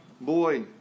boy